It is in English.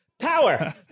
power